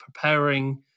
preparing